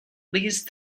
least